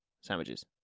sandwiches